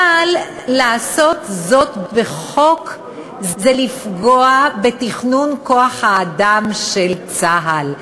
אבל לעשות זאת בחוק זה לפגוע בתכנון כוח-האדם של צה"ל,